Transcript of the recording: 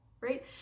right